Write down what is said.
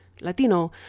Latino